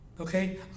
Okay